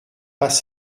pas